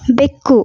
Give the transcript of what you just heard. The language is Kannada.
ಬೆಕ್ಕು